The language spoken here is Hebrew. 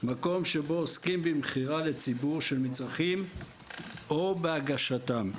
מקום שבו עוסקים במכירה לציבור של מצרכים או בהגשתם.